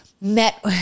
met